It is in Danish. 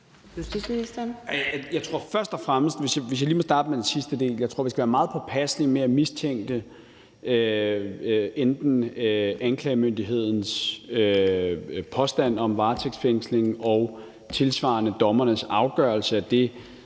(Peter Hummelgaard): Hvis jeg lige må starte med den sidste del. Jeg tror, vi skal være meget påpasselige med at mistænke anklagemyndighedens påstand om varetægtsfængsling og tilsvarende dommernes afgørelse af det